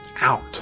out